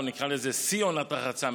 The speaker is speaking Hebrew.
או נקרא לזה שיא עונת הרחצה,